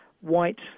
White